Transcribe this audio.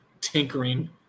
tinkering